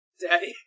Daddy